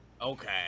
Okay